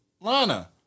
Lana